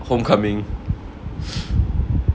homecoming